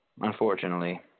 Unfortunately